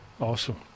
Awesome